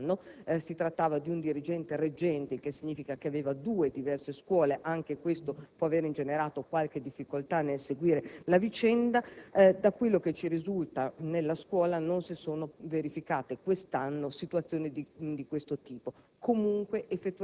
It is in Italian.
quello dello scorso anno; si trattava di un dirigente reggente, il che significa che aveva due diverse scuole e anche questo può aver ingenerato qualche difficoltà nel seguire la vicenda. Da quel che ci risulta, quest'anno nella scuola non si sono verificate situazioni di quel tipo.